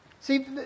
See